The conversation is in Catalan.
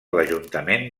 l’ajuntament